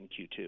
Q2